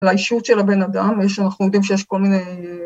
לאישות של הבן אדם, שאנחנו יודעים שיש כל מיני...